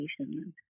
education